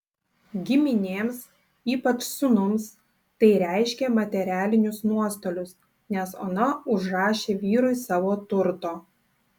giminėms ypač sūnums tai reiškė materialinius nuostolius nes ona užrašė vyrui savo turto